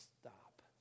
stop